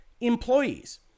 employees